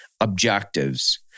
objectives